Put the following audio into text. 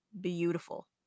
beautiful